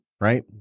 Right